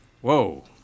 Whoa